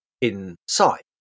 inside